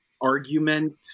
argument